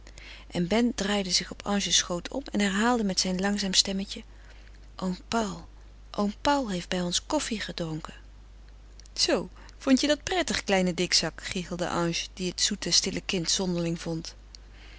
en ben draaide zich op ange's schoot om en herhaalde met zijn langzaam stemmetje oom paul oom paul heeft bij ons koffie gedronken zoo vond je dat prettig kleine dikzak gichelde ange die het zoete stille kind zonderling vond